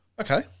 Okay